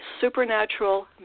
supernatural